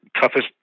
toughest